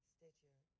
Stitcher